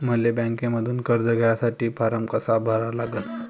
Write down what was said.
मले बँकेमंधून कर्ज घ्यासाठी फारम कसा भरा लागन?